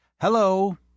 Hello